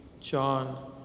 John